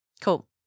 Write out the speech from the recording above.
Cool